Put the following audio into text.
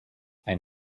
ein